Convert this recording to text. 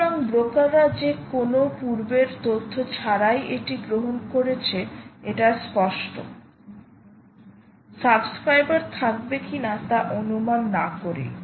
সুতরাং ব্রোকাররা যে কোনও পূর্বের তথ্য ছাড়াই এটি গ্রহণ করছে এটা স্পষ্ট সাবস্ক্রাইবার থাকবে কিনা তা অনুমান না করেই